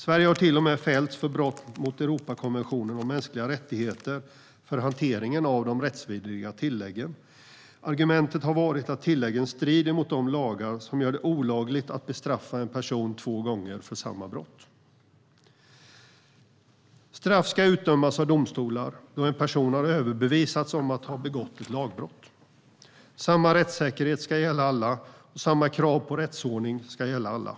Sverige har till och med fällts för brott mot Europakonventionen om mänskliga rättigheter för hanteringen av de rättsvidriga tilläggen. Argumentet har varit att tilläggen strider mot de lagar som gör det olagligt att bestraffa en person två gånger för samma brott. Straff ska utdömas av domstolar då en person har överbevisats om att ha begått ett lagbrott. Samma rättssäkerhet ska gälla alla, och samma krav på rättsordning ska gälla alla.